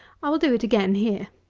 i will do it again here.